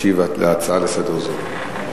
ישיב על הצעה זו לסדר-היום.